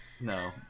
no